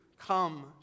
come